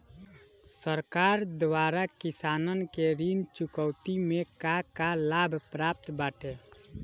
सरकार द्वारा किसानन के ऋण चुकौती में का का लाभ प्राप्त बाटे?